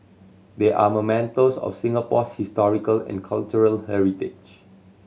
they are mementos of Singapore's historical and cultural heritage